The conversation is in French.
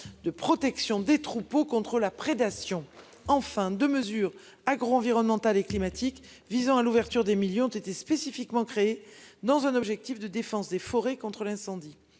de protection des troupeaux contre la prédation enfin de mesures agro-environnementales et climatiques visant à l'ouverture des millions tu été spécifiquement créés dans un objectif de défense des forêts contre l'incendie.